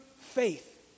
faith